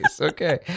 Okay